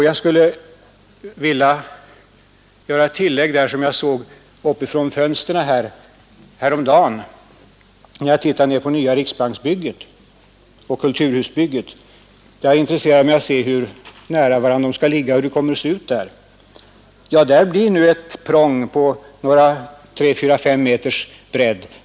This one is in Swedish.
Jag skulle vilja göra en liten reflexion här. Jag tittade uppifrån ett fönster häromdagen ned på Östra kulturhuset och det nya riksbanksbygget. Det intresserade mig hur nära varandra dessa hus skulle ligga och hur det kommer att se ut på gatan där.